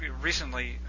recently